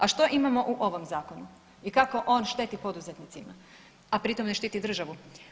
A što imamo u ovom zakonu i kako on šteti poduzetnicima, a pri tom ne štiti državu?